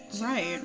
right